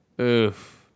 Oof